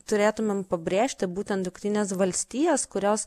turėtumėm pabrėžti būtent jungtines valstijas kurios